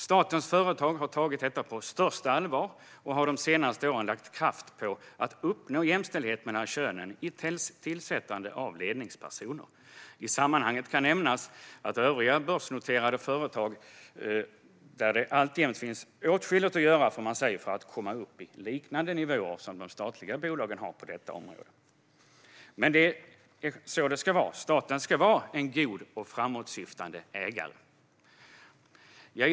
Statens företag har tagit detta på största allvar och har de senaste åren lagt kraft på att uppnå jämställdhet mellan könen i tillsättandet av ledningspersoner. I sammanhanget kan nämnas att det i övriga börsnoterade företag alltjämt finns åtskilligt att göra för att komma upp i liknande nivåer som de statliga bolagen har på detta område. Men det är så det ska vara. Staten ska vara en god och framåtsyftande ägare. Fru talman!